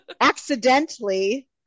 accidentally